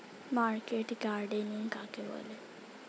Market gardening কাকে বলে?